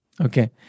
okay